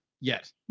Yes